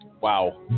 Wow